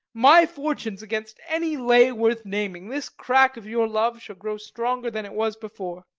my fortunes against any lay worth naming, this crack of your love shall grow stronger than it was before.